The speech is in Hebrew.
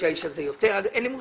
אין לי אפילו מושג